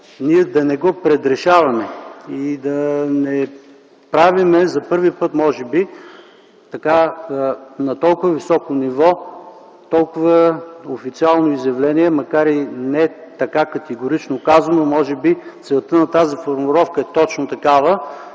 ние да не го предрешаваме и да не правим за първи път, може би, на толкова високо ниво толкова официално изявление, макар и не така категорично казано. Може би целта на тази формулировка е точно такава.